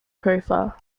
profile